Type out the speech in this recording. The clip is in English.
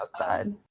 outside